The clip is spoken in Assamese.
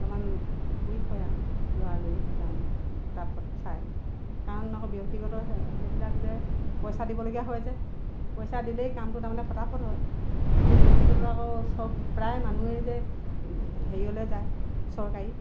অলপমান কুইক হয় আৰু লৰালৰি তাৰমানে পটাপত চাই কাৰণ আকৌ ব্যক্তিগত সেইবিলাক যে পইচা দিবলগীয়া হয় যে পইচা দিলেই কামটো তাৰমানে ফতাফত হয় কিন্তু ব্যক্তিগতত আকৌ প্ৰায় মানুহে যে হেৰিলৈ যায় চৰকাৰীত